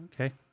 okay